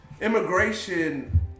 Immigration